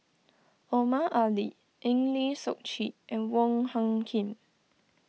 Omar Ali Eng Lee Seok Chee and Wong Hung Khim